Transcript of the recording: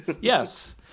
Yes